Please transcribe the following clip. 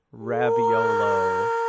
raviolo